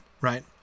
Right